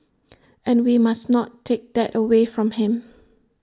and we must not take that away from him